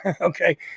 Okay